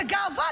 זו גאווה.